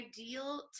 ideal